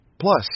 Plus